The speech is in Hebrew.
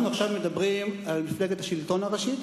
אנחנו מדברים עכשיו על מפלגת השלטון הראשית,